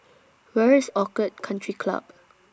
Where IS Orchid Country Club